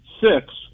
six